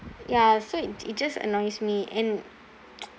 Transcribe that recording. ya so it j~ it just annoys me and